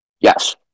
Yes